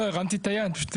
לא, הרמתי את היד.